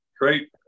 Great